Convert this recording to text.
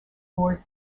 lord